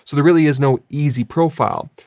so there really is no easy profile.